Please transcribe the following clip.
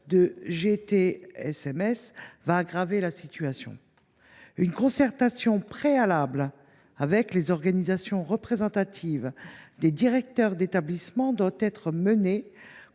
de GTSMS aggravera la situation. Une concertation préalable avec les organisations représentatives des directeurs d’établissement doit être menée